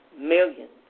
millions